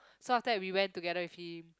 so after that we went together with him